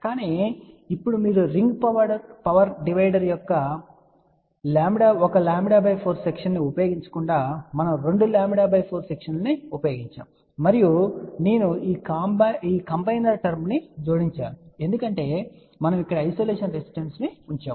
కానీ ఇప్పుడు మీరు రింగ్ పవర్ డివైడర్ యొక్క 1 λ 4 సెక్షన్ ను ఉపయోగించకుండా మనము 2 λ 4 సెక్షన్ లను ఉపయోగించాము మరియు నేను ఈ కాంబైనర్ టర్మ్ ను జోడించాను ఎందుకంటే మనము ఇక్కడ ఐసోలేషన్ రెసిస్టెన్స్ ఉంచాము